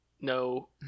No